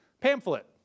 pamphlet